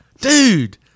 Dude